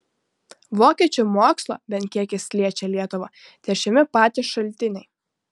vokiečių mokslo bent kiek jis liečią lietuvą teršiami patys šaltiniai